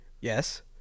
Yes